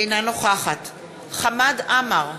אינה נוכחת חמד עמאר,